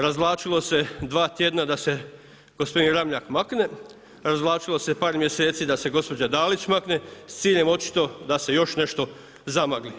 Razvlačilo se 2 tjedna da se gospodin Ramljak makne, razvlačilo se par mjeseci da se gospođa Dalić makne s ciljem očito da se još nešto zamagli.